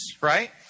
right